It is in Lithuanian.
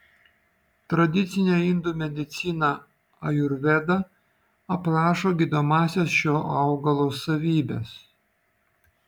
tradicinė indų medicina ajurveda aprašo gydomąsias šio augalo savybes